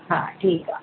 हा ठीकु आहे